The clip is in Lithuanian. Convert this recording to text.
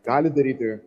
gali daryti